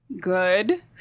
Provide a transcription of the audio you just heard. Good